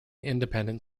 independent